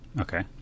Okay